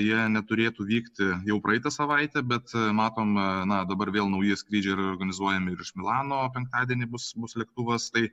jie neturėtų vykti jau praeitą savaitę bet matome na dabar vėl nauji skrydžiai yra organizuojami ir iš milano penktadienį bus lėktuvas tai